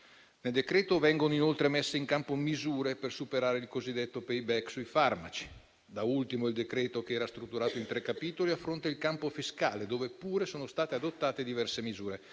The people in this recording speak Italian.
Nel decreto vengono inoltre messe in campo misure per superare il cosiddetto *payback* sui farmaci. Da ultimo, il decreto, che era strutturato in tre capitoli, affronta il campo fiscale, in cui pure sono state adottate diverse misure: